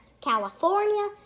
California